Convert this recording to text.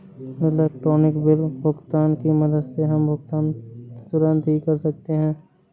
electronic bill भुगतान की मदद से हम भुगतान तुरंत ही कर सकते हैं